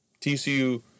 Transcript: TCU